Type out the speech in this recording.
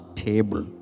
table